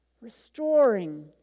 restoring